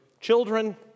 children